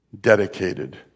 dedicated